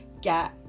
get